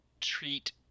treat